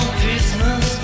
Christmas